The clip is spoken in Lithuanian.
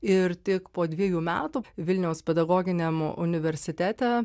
ir tik po dvejų metų vilniaus pedagoginiam universitete